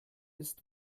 ist